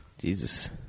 Jesus